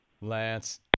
Lance